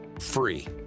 free